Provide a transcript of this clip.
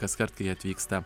kaskart kai atvyksta